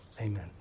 amen